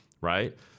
Right